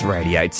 Radio